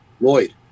Lloyd